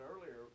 earlier